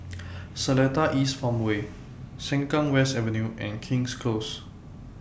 Seletar East Farmway Sengkang West Avenue and King's Close